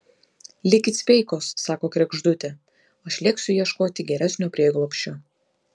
likit sveikos sako kregždutė aš lėksiu ieškoti geresnio prieglobsčio